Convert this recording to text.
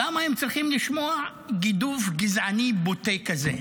למה הם היו צריכים לשמוע גידוף גזעני בוטה כזה?